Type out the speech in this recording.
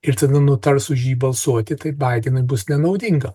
ir tada nutars už jį balsuoti tai baidenui bus nenaudinga